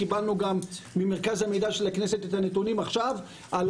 קיבלנו גם ממרכז המידע של הכנסת את הנתונים עכשיו על